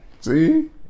See